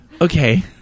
Okay